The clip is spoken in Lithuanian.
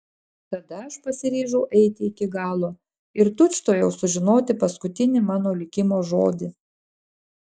tada aš pasiryžau eiti iki galo ir tučtuojau sužinoti paskutinį mano likimo žodį